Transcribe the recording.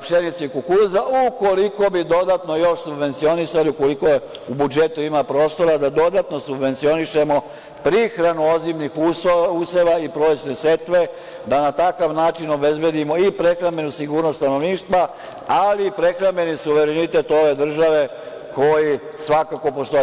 pšenice i kukuruza ukoliko bi dodatno još subvencionisali, ukoliko u budžetu ima prostora da dodatno subvencionišemo prihranu ozimnih useva i prolećne setve, da na takav način obezbedimo i prehrambenu sigurnost stanovništva, ali i prehrambeni suverenitet ove države, koji svakako postoji.